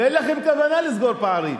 ואין לכם כוונה לסגור פערים.